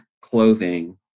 clothing